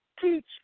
teach